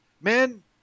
man